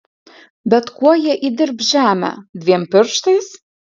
bet kuo jie įdirbs žemę dviem pirštais